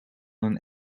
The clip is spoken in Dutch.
een